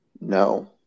No